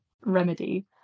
remedy